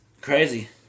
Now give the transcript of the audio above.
crazy